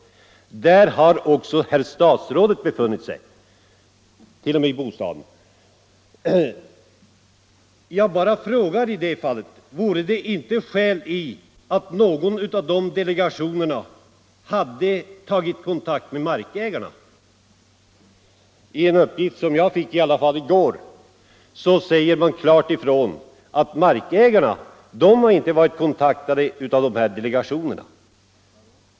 Också herr statsrådet har besökt kommunalrådet, t.o.m. i hans bostad. Hade det inte varit skäl för någon av dessa delegationer att ta kontakt med markägarna? Enligt en uppgift som jag fick i går säger man klart ifrån att markägarna har inte blivit kontaktade av nämnda delegationer.